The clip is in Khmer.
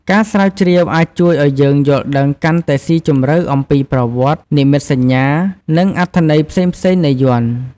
ការស្រាវជ្រាវអាចជួយឱ្យយើងយល់ដឹងកាន់តែស៊ីជម្រៅអំពីប្រវត្តិ និមិត្តសញ្ញា និងអត្ថន័យផ្សេងៗនៃយ័ន្ត។